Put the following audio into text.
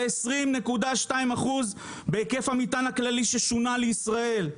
ב-20.2% בהיקף המטען הכללי ששונע לישראל.